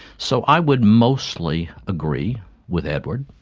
so i would mostly agree with edwards,